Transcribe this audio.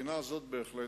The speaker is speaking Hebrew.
אני לא בטוח,